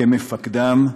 כמפקדם,